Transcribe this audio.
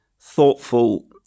thoughtful